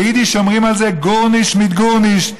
ביידיש אומרים על זה: גורנישט מיט גורנישט.